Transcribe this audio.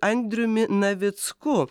andriumi navicku